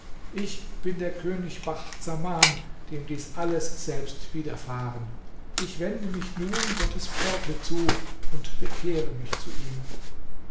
ich bin der könig bacht saman dem dies alles selbst widerfahren ich wende mich nun gottes pforte zu und bekehre mich zu ihm